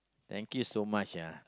thank you so much ya